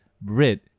bread